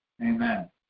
Amen